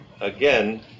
again